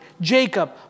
Jacob